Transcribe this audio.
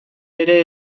ere